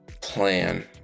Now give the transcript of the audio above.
plan